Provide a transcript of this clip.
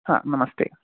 हा नमस्ते